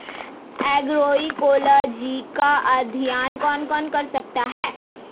Agroecology का अध्ययन कौन कौन कर सकता है?